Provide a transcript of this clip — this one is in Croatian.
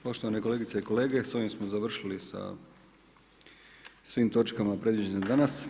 Poštovane kolegice i kolege, s ovim smo završili sa svim točkama predviđenim za danas.